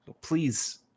Please